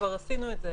וכבר עשינו את זה.